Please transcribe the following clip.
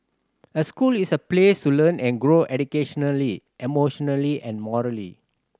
a school is a place to learn and grow educationally emotionally and morally